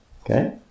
Okay